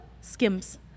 Skims